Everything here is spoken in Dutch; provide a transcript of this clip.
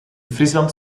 friesland